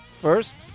First